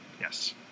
Yes